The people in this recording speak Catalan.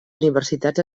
universitats